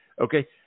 okay